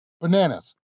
Bananas